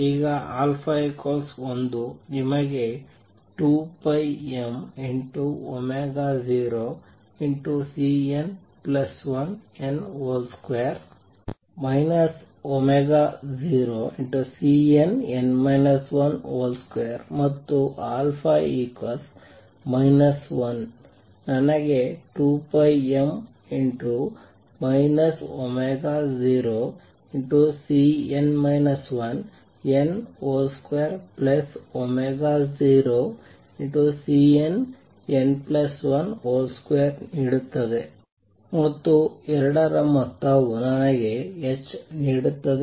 ಈಗ 1 ನಿಮಗೆ 2πm0|Cn1n |2 0|Cnn 1 |2 ಮತ್ತು α 1 ನನಗೆ 2πm 0Cn 1n |20Cnn1 |2 ನೀಡುತ್ತದೆ ಮತ್ತು 2 ರ ಮೊತ್ತವು ನನಗೆ h ನೀಡುತ್ತದೆ